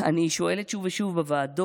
אני שואלת שוב ושוב בוועדות